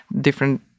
different